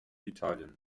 italien